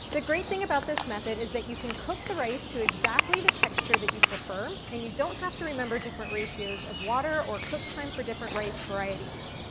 the great thing about this method is that you can cook the rice to exactly the texture that you prefer, and you don't have to remember different ratios of water or cook time for different rice varieties,